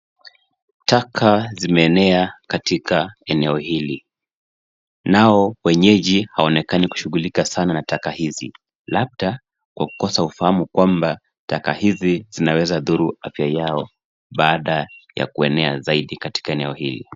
Taka zimeenea katika eneo hili, nao wenyeji hawaonekani kushughulika sana na taka hizi. Labda kwa kukosa ufahamu kwamba taka hizi zinaweza dhuru afya yao baada ya kuenea zaidi katika eneo hili.